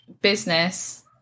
business